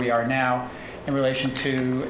we are now in relation to